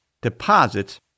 deposits